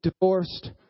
divorced